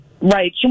Right